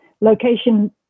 Location